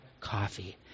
coffee